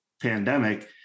pandemic